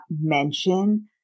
mention